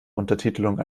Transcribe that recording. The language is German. untertitelung